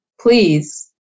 please